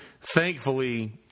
thankfully